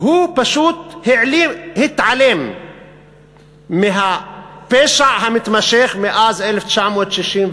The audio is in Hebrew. הוא פשוט התעלם מהפשע המתמשך מאז 1967,